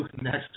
next